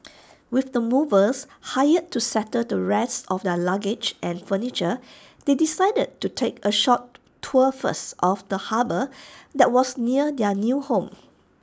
with the movers hired to settle the rest of their luggage and furniture they decided to take A short tour first of the harbour that was near their new home